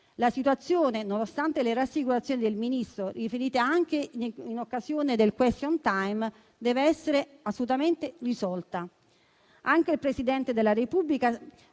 La situazione, nonostante le rassicurazioni del Ministro, riferita anche in occasione del *question time*, dev'essere assolutamente risolta. Anche il Presidente della Repubblica